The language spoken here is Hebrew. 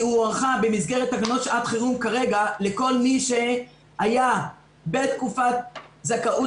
היא הוארכה במסגרת תקנות שעת חירום כרגע לכל מי שהיה בתקופת זכאות